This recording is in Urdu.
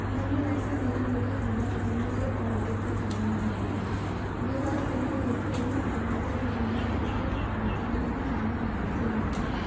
نہیں ایسا نہیں ہے کہ کھانا پکانا صرف عورتوں کا کام ہے یہ بات صحیح ہے کہ ہمارے گھروں میں صرف خواتین ہی کھانا بناتی ہیں